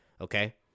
Okay